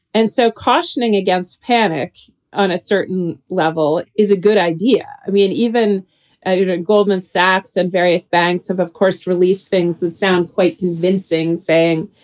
and so cautioning against panic on a certain level is a good idea. i mean, even and even goldman sachs and various banks, of of course, released things that sound quite convincing, saying,